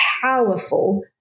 powerful